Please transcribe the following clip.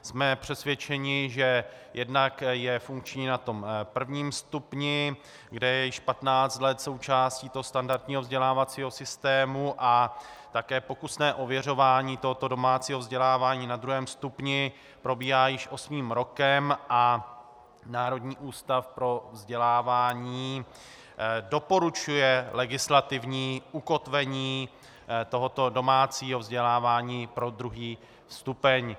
Jsme přesvědčeni, že jednak je funkční na prvním stupni, kde je již patnáct let součástí standardního vzdělávacího systému, a také pokusné ověřování tohoto domácího vzdělávání na druhém stupni probíhá již osmým rokem a Národní ústav pro vzdělávání doporučuje legislativní ukotvení tohoto domácího vzdělávání pro druhý stupeň.